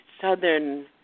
Southern